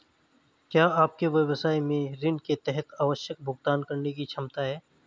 क्या आपके व्यवसाय में ऋण के तहत आवश्यक भुगतान करने की क्षमता है?